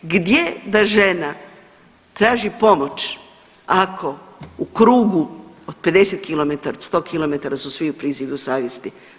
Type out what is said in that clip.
Gdje da žena traži pomoć ako u krugu od 50 km, 100 km su svi u prizivu savjesti?